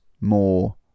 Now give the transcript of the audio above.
more